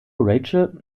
rachel